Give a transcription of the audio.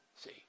See